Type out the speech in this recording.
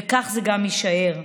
וכך זה גם יישאר.